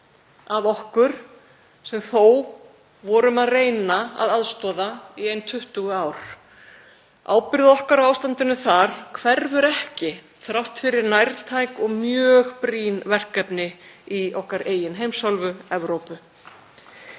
af okkur sem þó vorum að reyna að aðstoða í ein 20 ár. Ábyrgð okkar á ástandinu þar hverfur ekki þrátt fyrir nærtæk og mjög brýn verkefni í okkar eigin heimsálfu, Evrópu.